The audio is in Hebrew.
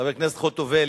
חברת הכנסת חוטובלי,